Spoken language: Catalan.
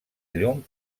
llum